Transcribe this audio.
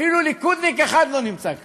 אפילו ליכודניק אחד לא נמצא כאן.